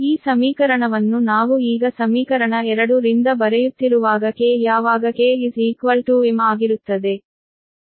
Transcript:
ಈ ಸಮೀಕರಣವನ್ನು ನಾವು ಈಗ ಸಮೀಕರಣ 2 ರಿಂದ ಬರೆಯುತ್ತಿರುವಾಗ k ಯಾವಾಗ k m ಆಗಿರುತ್ತದೆ